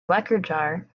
lekrjahre